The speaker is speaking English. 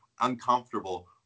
uncomfortable